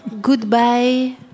Goodbye